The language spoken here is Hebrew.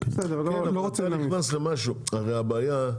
הרי הבעיה,